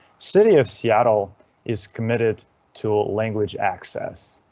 city of seattle is committed to a language access,